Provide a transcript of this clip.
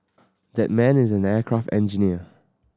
that man is an aircraft engineer